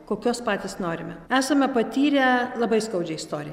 kokios patys norime esame patyrę labai skaudžią istoriją